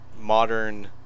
modern